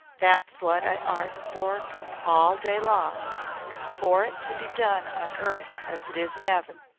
that's wot i arst for all day long for it to be done on earth as it is in eaven.